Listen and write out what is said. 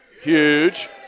huge